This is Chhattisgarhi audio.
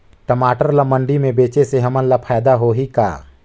टमाटर ला मंडी मे बेचे से हमन ला फायदा होही का?